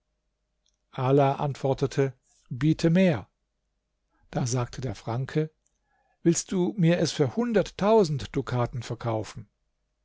ala antwortete biete mehr da sagte der franke willst du mir es für hunderttausen dukaten verkaufend